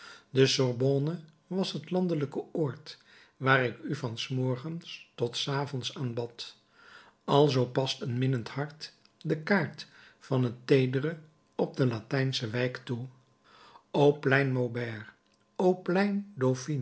de sorbonne was het landelijke oord waar ik u van s morgens tot s avonds aanbad alzoo past een minnend hart de kaart van het teedere op de latijnsche wijk toe o plein maubert o